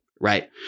Right